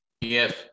Yes